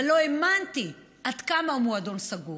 אבל לא האמנתי עד כמה הוא מועדון סגור.